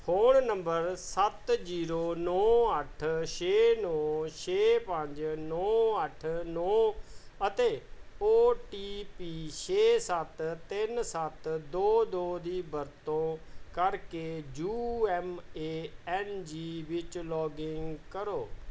phone number ਸੱਤ zero ਨੌਂ ਅੱਠ ਛੇ ਨੌਂ ਛੇ ਪੰਜ ਨੌਂ ਅੱਠ ਨੌਂ ਅਤੇ ਓ ਟੀ ਪੀ ਛੇ ਸੱਤ ਤਿੰਨ ਸੱਤ ਦੋ ਦੋ ਦੀ ਵਰਤੋਂ ਕਰਕੇ U M A N G ਵਿੱਚ ਲੌਗਇਨ ਕਰੋ